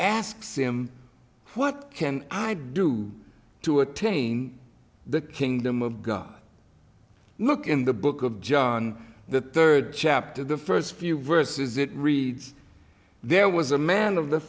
asks him what can i do to attain the kingdom of god look in the book of john the third chapter of the first few verses it reads there was a man of the